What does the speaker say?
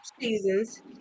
seasons